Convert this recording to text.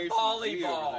volleyball